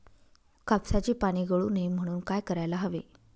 कापसाची पाने गळू नये म्हणून काय करायला हवे?